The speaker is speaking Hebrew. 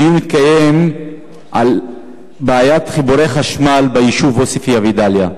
הדיון התקיים על בעיית חיבורי חשמל ביישוב עוספיא ובדאליה.